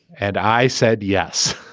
and i said yes.